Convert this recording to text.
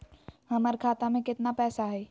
हमर खाता मे केतना पैसा हई?